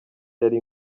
yari